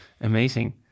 Amazing